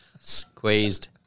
squeezed